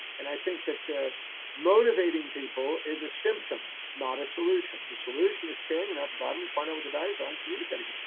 and i think that motivating people is a symptom, not a solution. the solution is caring enough about them and find out what their values are and communicating them.